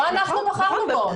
לא אנחנו בחרנו בו.